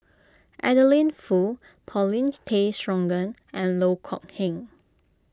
Adeline Foo Paulin Tay Straughan and Loh Kok Heng